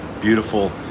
beautiful